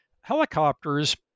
helicopters